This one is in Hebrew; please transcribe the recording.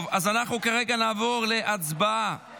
טוב, אז כרגע נעבור להצבעה